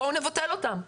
בואו נבטל אותן.